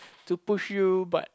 to push you but